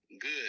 Good